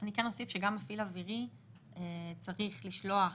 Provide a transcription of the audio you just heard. אני כן אוסיף שגם המפעיל האווירי צריך לשלוח